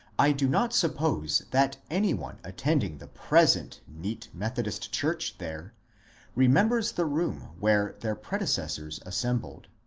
i do not suppose that any one attending the present neat methodist church there remembers the room where their pre decessors assembled.